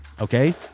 okay